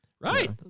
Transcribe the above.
right